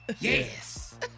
Yes